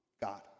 God